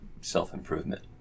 self-improvement